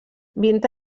vint